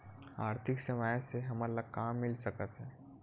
आर्थिक सेवाएं से हमन ला का मिल सकत हे?